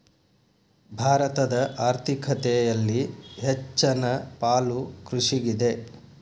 ಭಾರತದ ಆರ್ಥಿಕತೆಯಲ್ಲಿ ಹೆಚ್ಚನ ಪಾಲು ಕೃಷಿಗಿದೆ